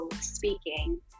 speaking